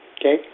okay